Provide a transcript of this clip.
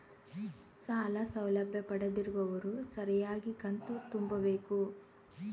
ಸಾಲ ಸೌಲಭ್ಯ ಪಡೆದಿರುವವರು ಸರಿಯಾಗಿ ಕಂತು ತುಂಬಬೇಕು?